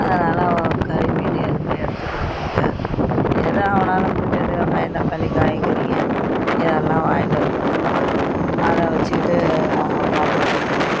அதனால அவன் கறி மீன் எதுவுமே எடுத்து கொடுக்க முடியாது ஏதோ அவனால் முடிஞ்சதை வெங்காயம் தக்காளி காய்கறிங்கள் இதெல்லாம் வாங்கிட்டு வந்து கொடுக்குறான் அதை வச்சுக்கிட்டு நாங்கள் பார்த்துக்கிட்டு இருக்கிறோம்